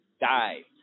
die